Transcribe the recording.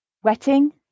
Wetting